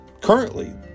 Currently